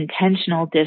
intentional